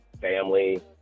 family